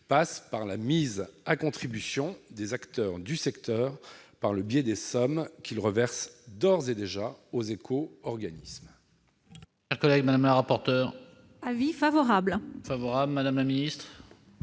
est la mise à contribution des acteurs du secteur, par le biais des sommes qu'ils versent d'ores et déjà aux éco-organismes.